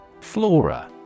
Flora